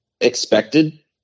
expected